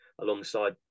alongside